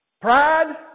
pride